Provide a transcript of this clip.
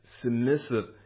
submissive